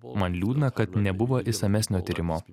man liūdna kad nebuvo išsamesnio tyrimo